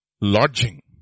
Lodging